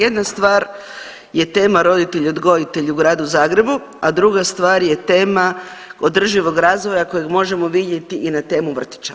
Jedna stvar je tema roditelj-odgojitelj u Gradu Zagrebu, a druga stvar je tema održivog razvoja kojeg možemo vidjeti i na temu vrtića.